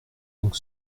donc